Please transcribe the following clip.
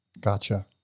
Gotcha